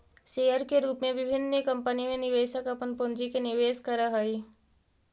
share के रूप में विभिन्न कंपनी में निवेशक अपन पूंजी के निवेश करऽ हइ